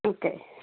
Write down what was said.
okay